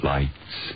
Lights